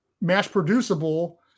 mass-producible